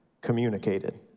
communicated